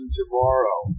tomorrow